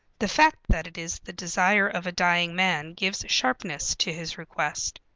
the fact that it is the desire of a dying man gives sharpness to his request.